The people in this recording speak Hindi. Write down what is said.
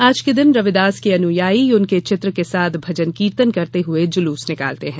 आज के दिन रविदास के अनुयायी उनके चित्र के साथ भजन कीर्तन करते हुए जुलूस निकालते हैं